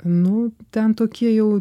nu ten tokie jau